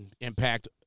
Impact